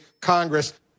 Congress